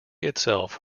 itself